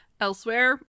Elsewhere